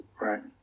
Right